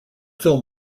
film